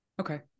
Okay